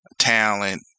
talent